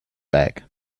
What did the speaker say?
bag